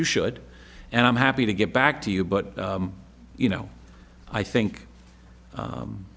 you should and i'm happy to get back to you but you know i think